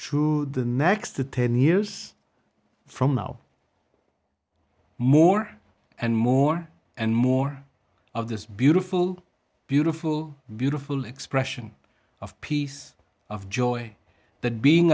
true the next ten years from now more and more and more of this beautiful beautiful beautiful expression of peace of joy that being